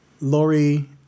Lori